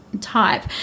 type